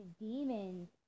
demons